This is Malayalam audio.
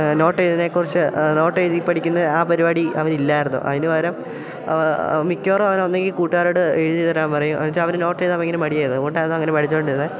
നോട്ടെഴുത്തിനെക്കുറിച്ച് നോട്ടെഴുതി പഠിക്കുന്ന ആ പരിപാടി അവനില്ലായിരുന്നു അതിനുപകരം മിക്കവാറും അവനൊന്നെങ്കിൽ കൂട്ടുകാരോട് എഴുതിത്തരാൻ പറയും എന്നു വെച്ചാൽ അവന് നോട്ടെഴുതാൻ ഭയങ്കര മടിയായിരുന്നു അതുകൊണ്ടായിരുന്നു അങ്ങനെ പഠിച്ചുകൊണ്ടിരുന്നത്